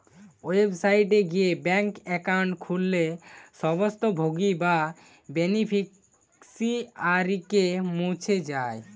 website গিয়ে bank account খুললে স্বত্বভোগী বা বেনিফিশিয়ারিকে মুছ যায়